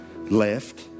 left